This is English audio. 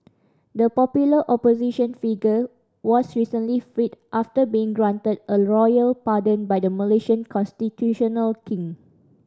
the popular opposition figure was recently freed after being granted a royal pardon by the Malaysian constitutional king